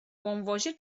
wąwozie